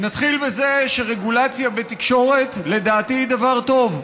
נתחיל מזה שרגולציה בתקשורת לדעתי היא דבר טוב,